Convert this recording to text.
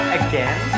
again